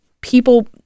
people